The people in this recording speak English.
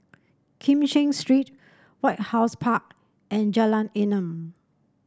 Kim Cheng Street White House Park and Jalan Enam